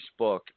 Facebook